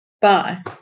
Bye